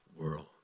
world